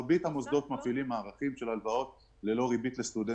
הרבה מקצועות שבשביל להתקבל אליהם צריך לעשות את הפסיכומטרי בתאריך x